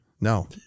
No